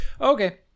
okay